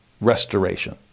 restoration